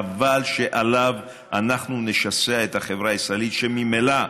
חבל שעליו אנחנו נשסע את החברה הישראלית, שממילא,